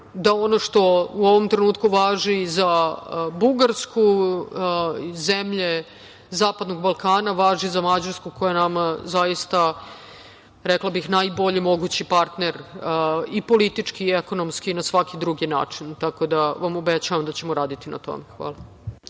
da ono što u ovom trenutku važi za Bugarsku, zemlje Zapadnog Balkana važi za Mađarsku koja nama zaista, rekla bih, najbolji mogući partner i politički i ekonomski i na svaki drugi način, tako da vam obećavam da ćemo raditi na tome. Hvala.